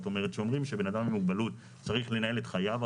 כשאומרים שבן אדם עם מוגבלות צריך לנהל את חייו,